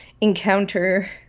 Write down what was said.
encounter